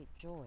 joy